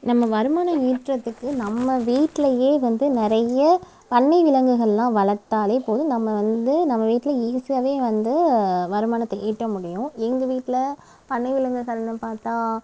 நம்ம வருமானம் ஈற்றத்துக்கு நம்ம வீட்டிலேயே வந்து நிறைய பண்ணை விலங்குகள்லாம் வளர்த்தாலே போதும் நம்ம வந்து நம்ம வீட்டில் ஈஸியாக வந்து வருமானத்தை ஈட்ட முடியும் எங்கள் வீட்டில் பண்ணை விலங்குகள்னு பார்த்தா